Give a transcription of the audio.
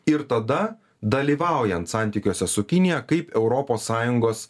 ir tada dalyvaujant santykiuose su kinija kaip europos sąjungos